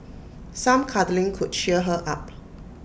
some cuddling could cheer her up